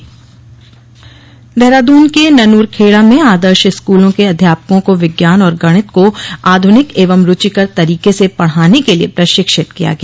प्रशिक्षण देहरादून के ननूरखेड़ा में आदर्श स्कूलों के अध्यापकों को विज्ञान और गणित को आधुनिक एवं रूचिकर तरीके से पढ़ाने के लिए प्रशिक्षित किया गया